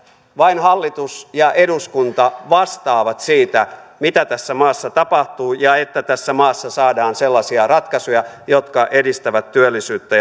vain hallitus ja eduskunta vastaavat siitä mitä tässä maassa tapahtuu ja että tässä maassa saadaan sellaisia ratkaisuja jotka edistävät työllisyyttä